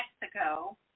Mexico